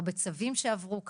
הרבה צווים שעברו כאן,